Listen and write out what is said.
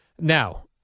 Now